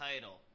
title